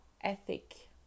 ethic